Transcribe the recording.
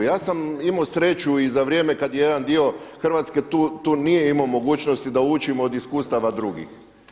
Ja sam imao sreću i za vrijeme kada je jedan dio Hrvatske tu nije imao mogućnosti da učimo od iskustava drugih.